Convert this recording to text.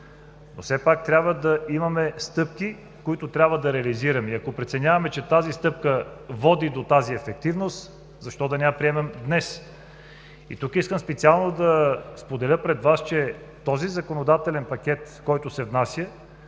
все пак трябва да имаме стъпки, които трябва да реализираме. Ако преценим, че тази стъпка води до тази ефективност, защо да не я приемем днес? Искам специално да споделя пред Вас, че законодателният пакет, който се внася,